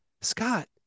Scott